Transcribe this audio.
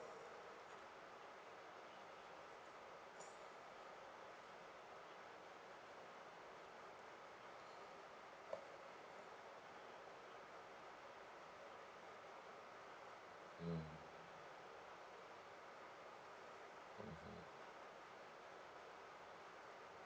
mm